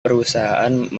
perusahaan